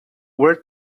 were